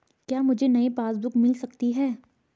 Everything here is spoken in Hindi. क्या मुझे नयी पासबुक बुक मिल सकती है?